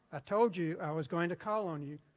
ah told you i was going to call on you.